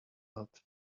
not